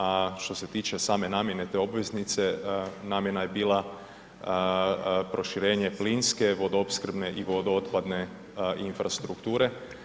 A što se tiče same namjene te obveznice, namjena je bila proširenje plinske, vodoopskrbne i vodootporne infrastrukture.